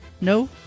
No